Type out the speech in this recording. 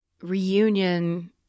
reunion